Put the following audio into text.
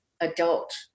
adult